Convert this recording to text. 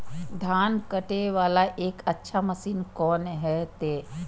धान कटे वाला एक अच्छा मशीन कोन है ते?